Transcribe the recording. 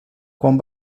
quan